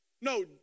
No